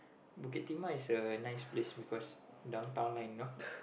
Bukit-Timah is a nice place because Downtown Line lor